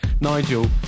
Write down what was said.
Nigel